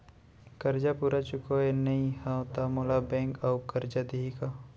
करजा पूरा चुकोय नई हव त मोला बैंक अऊ करजा दिही का?